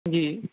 جی